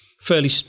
fairly